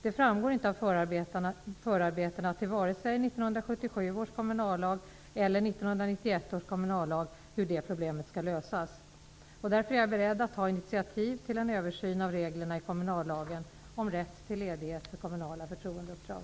Det framgår inte av förarbetena till vare sig 1977 års kommunallag eller 1991 års kommunallag hur detta problem skall lösas. Jag är därför beredd att ta initiativ till en översyn av reglerna i kommunallagen om rätt till ledighet för kommunala förtroendeuppdrag.